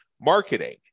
marketing